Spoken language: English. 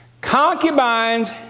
Concubines